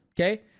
okay